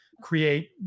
create